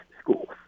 schools